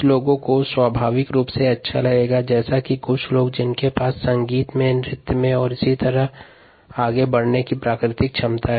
कुछ लोगों को स्वाभाविक रूप से अच्छा लगेगा जैसा कि कुछ लोग हैं जिनके पास संगीत में नृत्य में और इसी तरह आगे बढ़ने की प्राकृतिक क्षमता है